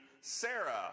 Sarah